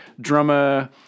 drummer